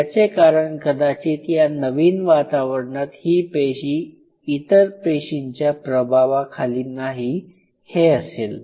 याचे कारण कदाचित या नवीन वातावरणात ही पेशी इतर पेशींच्या प्रभावाखाली नाही हे असेल